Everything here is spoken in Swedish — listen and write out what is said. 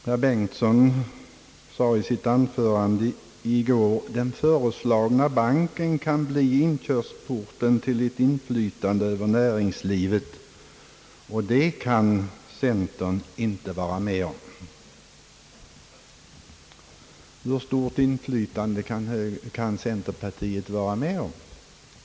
Herr Bengtson sade i sitt anförande i går, att den föreslagna banken kan bli inkörsporten till ett inflytande över näringslivet, och det kan centern inte vara med om. Hur stort inflytande kan centerpartiet då vara med om?